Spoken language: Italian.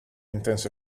intense